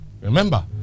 Remember